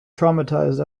traumatized